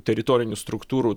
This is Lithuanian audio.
teritorinių struktūrų